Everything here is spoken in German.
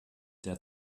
der